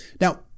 Now